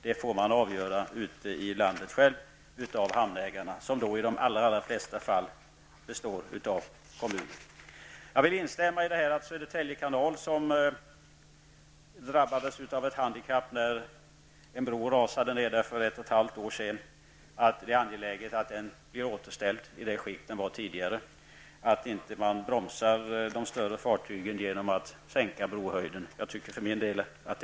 Det får hamnägarna själva i landet avgöra, som i de flesta fall består av kommuner. Jag instämmer i att det är angeläget att bron över Södertälje kanal, som drabbats av ett handikapp när den rasade för ett och ett halvt år sedan skall återställas i det skick den var tidigare. De större fartygen skall inte bromsas på grund av att brohöjden sänks.